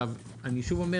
שוב,